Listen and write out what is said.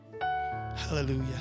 Hallelujah